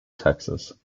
texas